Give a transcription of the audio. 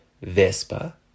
vespa